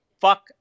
fuck